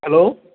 hello